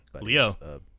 Leo